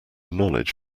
knowledge